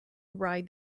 ride